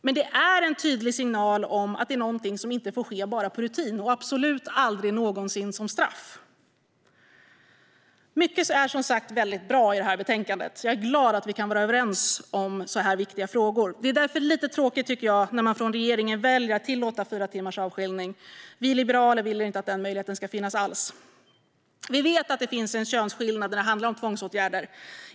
Men det är en tydlig signal om att det är någonting som inte får ske bara på rutin och absolut aldrig någonsin som straff. Mycket är som sagt väldigt bra i det här betänkandet. Jag är glad att vi kan vara överens om sådana här viktiga frågor. Det är därför det är lite tråkigt, tycker jag, när regeringen väljer att tillåta fyra timmars avskiljning. Vi liberaler vill inte att den möjligheten ska finnas alls. Vi vet att det finns en könsskillnad när det handlar om tvångsåtgärder.